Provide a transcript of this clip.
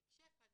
כי כאשר פנינו,